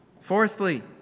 Fourthly